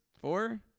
Four